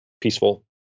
peaceful